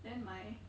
then my